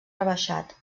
rebaixat